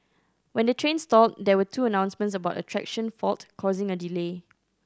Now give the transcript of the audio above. when the train stalled there were two announcements about a traction fault causing a delay